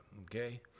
okay